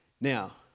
Now